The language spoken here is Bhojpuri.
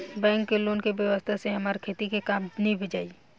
बैंक के लोन के व्यवस्था से हमार खेती के काम नीभ जाई